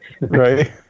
Right